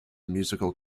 musical